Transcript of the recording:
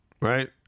right